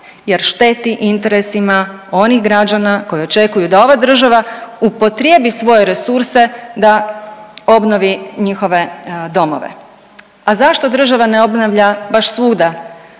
jer šteti interesima onih građana koji očekuju da ova država upotrijebi svoje resurse da obnovi njihove domove. A zašto država ne obnavlja baš svuda